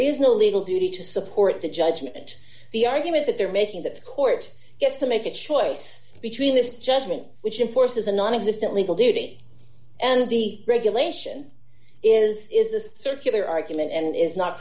is no legal duty to support the judgment the argument that they're making that the court gets to make a choice between this judgment which in force is a nonexistent legal duty and the regulation is is a circular argument and is not